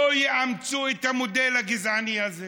לא יאמצו את המודל הגזעני הזה?